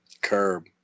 Curb